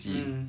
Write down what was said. um